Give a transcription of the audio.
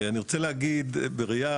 אני רוצה להגיד בראייה,